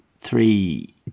three